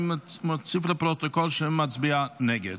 אני מוסיף לפרוטוקול שמצביע נגד.